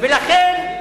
לכן,